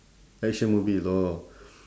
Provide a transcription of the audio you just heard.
action movie orh